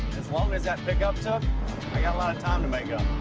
as long as that pickup took time to make up